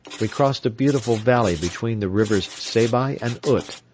we crossed a beautiful valley between the rivers seybi and ut.